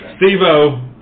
Steve-O